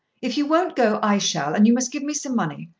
if you won't go i shall, and you must give me some money.